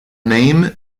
name